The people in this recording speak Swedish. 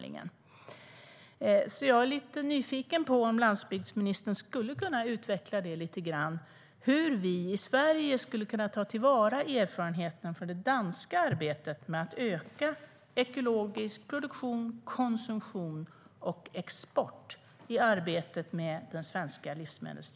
Jag är därför lite nyfiken på om landsbygdsministern skulle kunna utveckla hur vi i Sverige i arbetet med den svenska livsmedelsstrategin skulle kunna ta till vara erfarenheterna från det danska arbetet med att öka ekologisk produktion, konsumtion och export.